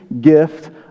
gift